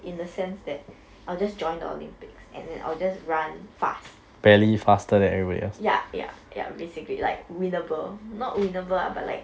in the sense that I'll just join the olympics and then I'll just run fast ya ya ya basically like winnable not winnable ah but like